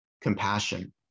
compassion